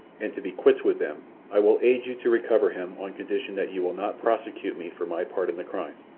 and to be quits with them i will aid you to recover him on condition that you will not prosecute me for my part in the crime.